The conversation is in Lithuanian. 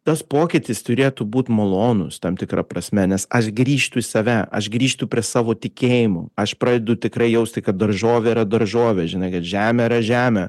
tas pokytis turėtų būt malonus tam tikra prasme nes aš grįžtu į save aš grįžtu prie savo tikėjimo aš pradedu tikrai jausti kad daržovė yra daržovė žinai kad žemė yra žemė